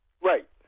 Right